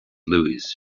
louis